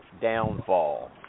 downfall